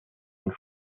und